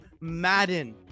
Madden